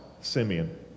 Simeon